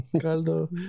Caldo